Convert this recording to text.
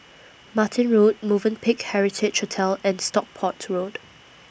Martin Road Movenpick Heritage Hotel and Stockport Road